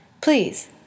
Please